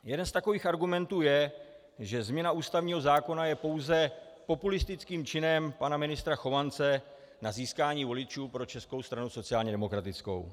Jeden z takových argumentů je, že změna ústavního zákona je pouze populistickým činem pana ministra Chovance na získání voličů pro Českou stranu sociálně demokratickou.